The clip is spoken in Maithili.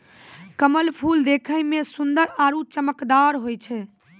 कमल फूल देखै मे सुन्दर आरु चमकदार होय छै